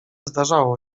zdarzało